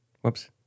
Whoops